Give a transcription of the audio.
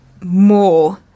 more